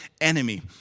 enemy